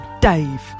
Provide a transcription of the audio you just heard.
Dave